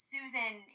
Susan